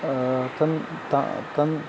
तान् तान् तान्